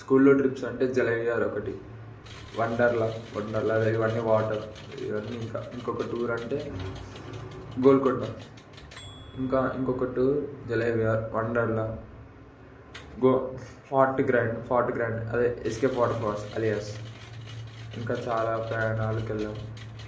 స్కూల్లో ట్రిప్స్ అంటే జలవిహార్ ఒకటి వండర్లా వండర్లా ఇవన్నీ వాటర్ ఇవన్నీ ఇంకా ఇంకొక టూర్ అంటే గోల్కొండ ఇంకా ఇంకొక టూర్ జలవిహార్ వండర్లా గో ఫార్ట్ గ్రాండ్ ఫార్ట్ గ్రాండ్ అదే ఎస్కెఫ్ వాటర్ ఫాల్స్ అలియాస్ ఇంకా చాలా ప్రయాణాలకు వెళ్ళాం